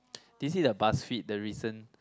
did you see the Buzzfeed the recent